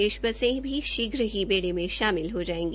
शेष बसे भी शीघ्र ही बेड़े में शामिल हो जाएगी